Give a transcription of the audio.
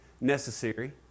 necessary